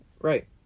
Right